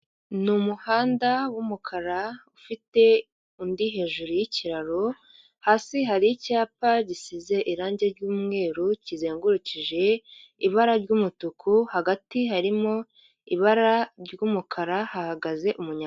Ni umuhanda w'umukara ufite undi hejuru y'ikiraro, hasi hari icyapa gisize irangi ry'umweru kizengurukije ibara ry'umutuku hagati harimo ibara ry'umukara, hahagaze umunyama.